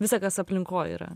visa kas aplinkoj yra